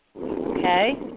Okay